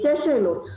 שתי שאלות,